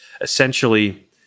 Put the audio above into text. Essentially